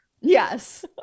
Yes